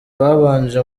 babanje